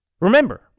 remember